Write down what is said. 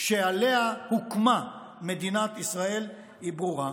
שעליה הוקמה מדינת ישראל היא ברורה.